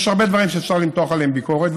יש הרבה דברים שאפשר למתוח עליהם ביקורת,